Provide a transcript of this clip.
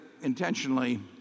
intentionally